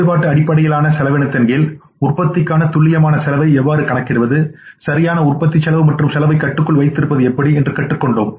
செயல்பாட்டு அடிப்படையிலான செலவினத்தின் கீழ் உற்பத்திக்கான துல்லியமான செலவை எவ்வாறு கணக்கிடுவது சரியான உற்பத்தி செலவு மற்றும் செலவை கட்டுக்குள் வைத்திருப்பது எப்படி என்று கற்றுக்கொண்டோம்